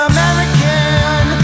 American